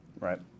Right